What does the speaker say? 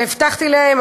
הבטחתי להם.